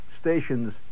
stations